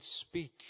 speak